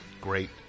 great